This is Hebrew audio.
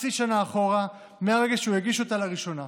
חצי שנה אחורה מהרגע שהוא הגיש אותה לראשונה.